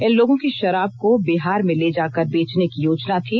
इन लोगों की शराब को बिहार में ले जाकर बेचने की योजना थी